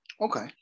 Okay